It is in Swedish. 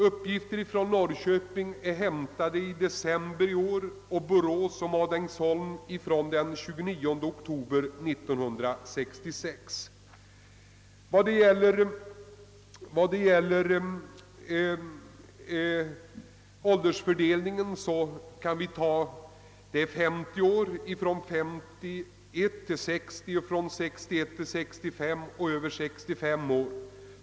Uppgifterna rörande Norrköpingsavdelningen avser början av december 1966 och för de båda andra avdelningarna den 29 oktober 1966.